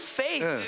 faith